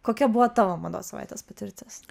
kokia buvo tavo mados savaitės patirtis